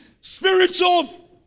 spiritual